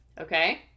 Okay